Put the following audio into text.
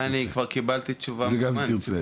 זה אני כבר קיבלתי תשובה מזמן.